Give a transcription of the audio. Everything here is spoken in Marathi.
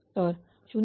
तर 0